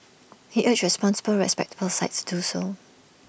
he urged responsible respectable sites to do so